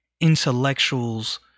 intellectuals